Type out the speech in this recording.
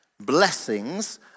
blessings